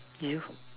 you